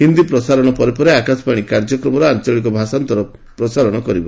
ହିନ୍ଦୀ ପ୍ରସାରଣ ପରେ ପରେ ଆକାଶବାଣୀ କାର୍ଯ୍ୟକ୍ମର ଆଞ୍ଚଳିକ ଭାଷାନ୍ତରଣର ପ୍ରସାରଣ କରିବ